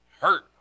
hurt